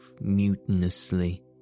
mutinously